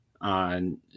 on